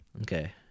Okay